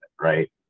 right